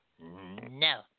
no